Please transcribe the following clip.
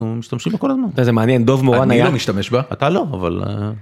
‫אנחנו משתמשים בו כל הזמן. ‫- איזה מעניין, דוב מורן היה משתמש בו. ‫אני לא משתמש בה. ‫-אתה לא, אבל...